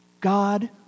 God